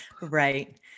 right